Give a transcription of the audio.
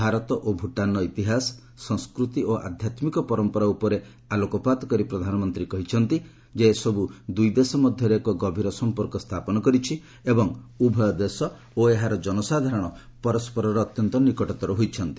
ଭାରତ ଓ ଭୁଟାନ୍ର ଇତିହାସ ସଂସ୍କୃତି ଓ ଆଧ୍ୟାତ୍ମିକ ପରମ୍ପରା ଉପରେ ଆଲୋକପାତ କରି ପ୍ରଧାନମନ୍ତ୍ରୀ କହିଛନ୍ତି ଯେ ଏସବୁ ଦୁଇ ଦେଶ ମଧ୍ୟରେ ଏକ ଗଭୀର ସମ୍ପର୍କ ସ୍ଥାପନ କରିଛି ଏବଂ ଉଭୟ ଦେଶ ଓ ଏହାର ଜନସାଧାରଣ ପରସ୍କରର ଅତ୍ୟନ୍ତ ନିକଟତର ହୋଇଛନ୍ତି